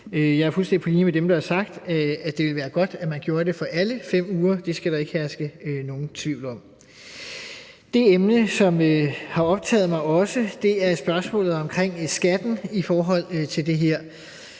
jeg er fuldstændig på linje med dem, der har sagt, at det vil være godt, hvis man gjorde det for alle fem uger. Det emne, som også har optaget mig, er spørgsmålet om skatten i forhold til det her.